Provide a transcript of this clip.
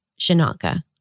Shinaka